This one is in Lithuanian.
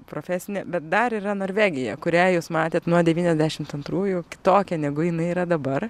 profesinė bet dar yra norvegija kurią jūs matėt nuo devyniasdešim antrųjų kitokią negu jinai yra dabar